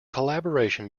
collaboration